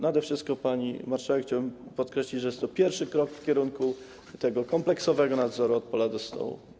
Nade wszystko, pani marszałek, chciałbym podkreślić, że jest to pierwszy krok w kierunku tego kompleksowego nadzoru, od pola do stołu.